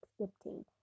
accepting